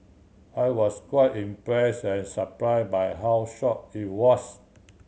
I was quite impress and surprise by how short it was